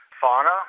fauna